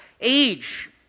age